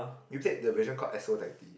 we played the version called as